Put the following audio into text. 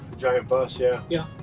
giant bus yeah. yeah